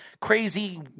crazy